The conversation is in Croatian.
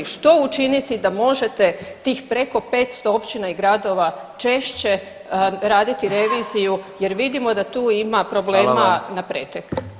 Što učiniti da možete tih preko 500 općina i gradova češće raditi reviziju jer vidimo da tu ima [[Upadica: Hvala vam.]] problema na pretek.